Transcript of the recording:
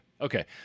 Okay